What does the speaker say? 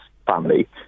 Family